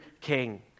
king